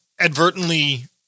advertently